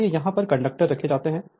इसलिए यहां पर कंडक्टर रखे जाते हैं